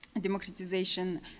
democratization